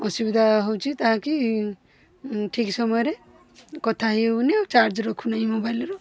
ଅସୁବିଧା ହେଉଛି ତାହାକି ଠିକ୍ ସମୟରେ କଥା ହେଇହଉନି ଆଉ ଚାର୍ଜ ରଖୁନାହିଁ ମୋବାଇଲ୍ରୁ